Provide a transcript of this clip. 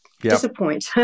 disappoint